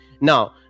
Now